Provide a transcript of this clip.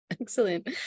Excellent